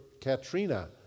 Katrina